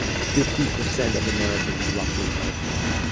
fifty percent of americans, roughly, don't vote.